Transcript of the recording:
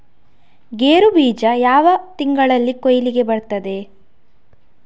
ಗೇರು ಬೀಜ ಯಾವ ತಿಂಗಳಲ್ಲಿ ಕೊಯ್ಲಿಗೆ ಬರ್ತದೆ?